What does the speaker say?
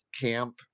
camp